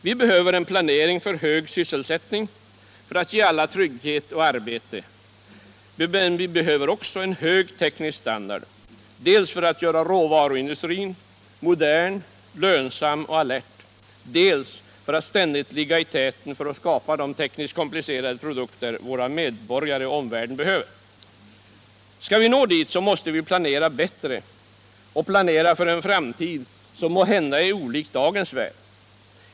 Vi behöver en planering för hög sysselsättning och för att ge alla trygghet och arbete, men vi behöver en hög teknisk standard dels för att göra råvaruindustrin modern, lönsam och alert, dels för att ständigt ligga i täten för att skapa de tekniskt komplicerade produkter som våra medborgare och omvärlden behöver. Skall vi nå dit måste vi planera bättre, planera för en framtid som måhända är olik dagens värld.